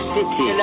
City